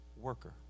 worker